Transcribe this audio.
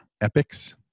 Epics